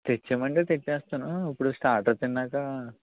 తెచ్చేమంటే తెచ్చేస్తాను ఇప్పుడు స్టార్టర్ తిన్నాక